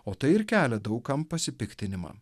o tai ir kelia daug kam pasipiktinimą